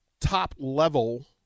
top-level